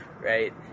right